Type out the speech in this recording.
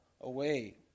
away